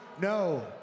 No